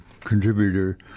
contributor